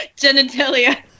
genitalia